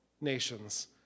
nations